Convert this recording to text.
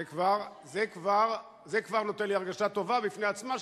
זה כבר נותן לי הרגשה טובה בפני עצמה,